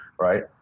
right